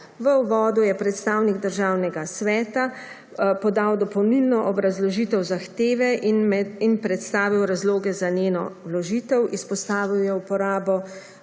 V uvodu je predstavnik Državnega sveta podal dopolnilno obrazložitev zahteve in predstavil razloge za njeno vložitev. Izpostavil je uporabo